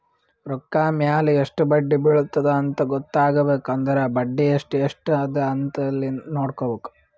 ರೊಕ್ಕಾ ಮ್ಯಾಲ ಎಸ್ಟ್ ಬಡ್ಡಿ ಬಿಳತ್ತುದ ಅಂತ್ ಗೊತ್ತ ಆಗ್ಬೇಕು ಅಂದುರ್ ಬಡ್ಡಿ ಎಸ್ಟ್ ಎಸ್ಟ್ ಅದ ಅಂತ್ ನೊಡ್ಕೋಬೇಕ್